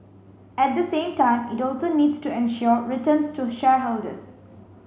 at the same time it also needs to ensure returns to shareholders